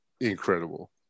incredible